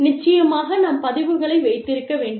நிச்சயமாக நாம் பதிவுகளை வைத்திருக்க வேண்டும்